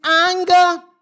anger